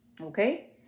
Okay